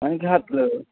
आणि घातलं